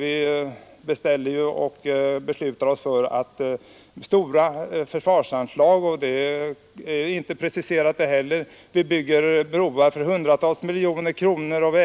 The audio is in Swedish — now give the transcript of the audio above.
Vi beslutar oss för stora försvarsanslag, och där preciserar man inte heller. Vi bygger broar och vägar osv. för hundratals miljoner kronor